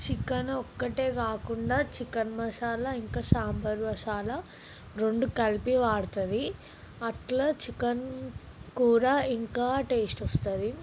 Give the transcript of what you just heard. chicken ఒక్కటే కాకుండా chicken masala ఇంకా సాంబార్ మసాలా రెండు కలిపి వాడుతుంది అట్లా చికెన్ కూర ఇంకా టేస్ట్ వస్తుంది